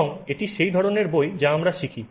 এবং এটি সেই ধরণের বই যা আমরা শিখি